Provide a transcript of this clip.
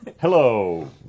Hello